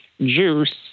juice